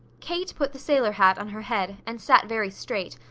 kate put the sailor hat on her head, and sat very straight,